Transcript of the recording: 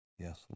Yes